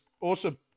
awesome